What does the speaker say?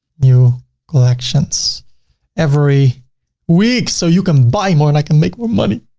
new collections every week so you can buy more and i can make more money.